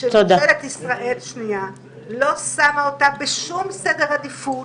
שממשלת ישראל לא שמה אותה בשום סדר עדיפות.